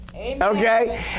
Okay